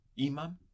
imam